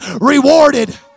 rewarded